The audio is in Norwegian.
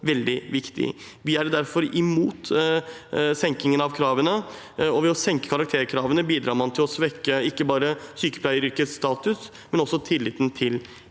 Vi er derfor imot å senke kravene. Ved å senke karakterkravene bidrar man til å svekke ikke bare sykepleieryrkets status, men også tilliten til